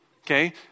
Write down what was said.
Okay